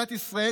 מדינת ישראל,